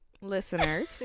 listeners